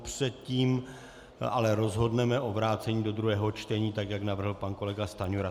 Předtím ale rozhodneme o vrácení do druhého čtení, tak jak navrhl pan kolega Stanjura.